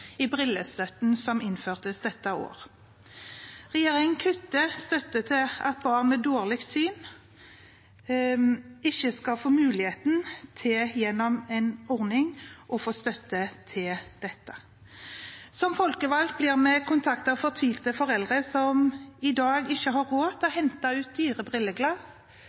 i brillestøtten, som ble innført dette året. Regjeringen kutter støtte til barn med dårlig syn så de ikke skal få mulighet til å få støtte til dette gjennom en ordning. Som folkevalgte blir vi kontaktet av fortvilte foreldre som i dag ikke har råd til å hente ut dyre brilleglass,